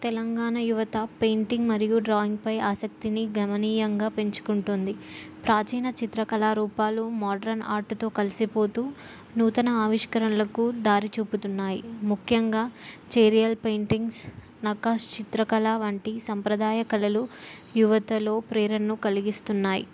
తెలంగాణ యువత పెయింటింగ్ మరియు డ్రాయింగ్ పై ఆసక్తిని గమనీయంగా పెంచుకుంటుంది ప్రాచీన చిత్రకళారూపాలు మోడ్రన్ ఆర్టుతో కలిసిపోతు నూతన ఆవిష్కరణలకు దారి చూపుతున్నాయి ముఖ్యంగా చెరియల్ పెయింటింగ్స్ నకాశీ చిత్రకళ వంటి సాంప్రదాయ కళలు యువతలో ప్రేరణ కలిగిస్తున్నాయి